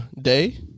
day